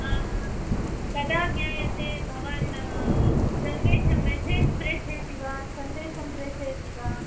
कदा ज्ञायते भवान् सन्देशं मेसेज् प्रेषयति वा सन्देशं प्रेषयति वा